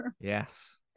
Yes